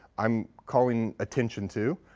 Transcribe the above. i'm calling attention to